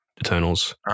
Eternals